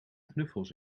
knuffels